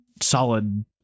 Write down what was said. solid